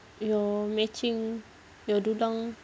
your matching your dulang